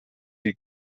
die